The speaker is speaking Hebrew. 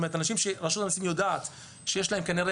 אנשים שרשות המיסים יודעת שיש להם כנראה